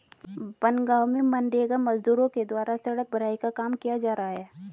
बनगाँव में मनरेगा मजदूरों के द्वारा सड़क भराई का काम किया जा रहा है